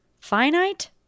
finite